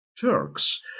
Turks